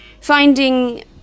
finding